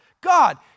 God